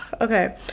Okay